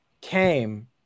came